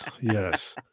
Yes